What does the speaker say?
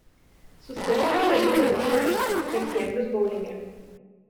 sustatykite butelius trikampiu kaip kėglius boulinge